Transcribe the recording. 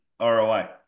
roi